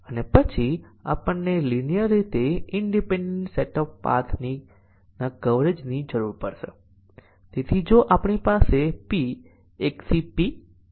તેથી અહીં આપણે કન્ડીશન ના કેટલાક મહત્વપૂર્ણ સંયોજનોનું ટેસ્ટીંગ કરીએ છીએ